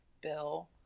bill